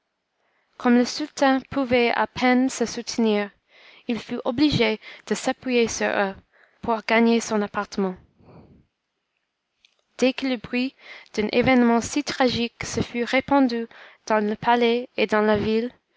comme le sultan pouvait à peine se soutenir il fut obligé de s'appuyer sur eux pour gagner son appartement dès que le bruit d'un événement si tragique se fut répandu dans le palais et dans la ville